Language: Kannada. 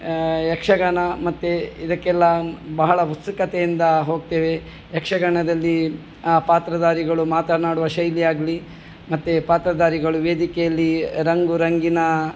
ಯಕ್ಷಗಾನ ಮತ್ತು ಇದಕ್ಕೆಲ್ಲ ಬಹಳ ಉತ್ಸುಕತೆಯಿಂದ ಹೋಗ್ತೇವೆ ಯಕ್ಷಗಾನದಲ್ಲಿ ಆ ಪಾತ್ರಧಾರಿಗಳು ಮಾತನಾಡುವ ಶೈಲಿಯಾಗಲಿ ಮತ್ತು ಪಾತ್ರಧಾರಿಗಳು ವೇದಿಕೆಯಲ್ಲಿ ರಂಗುರಂಗಿನಾ